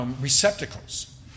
receptacles